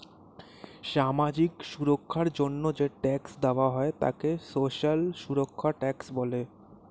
সামাজিক সুরক্ষার জন্য যে ট্যাক্স দেওয়া হয় তাকে সোশ্যাল সুরক্ষা ট্যাক্স বলে